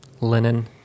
linen